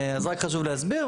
אז רק חשוב להסביר.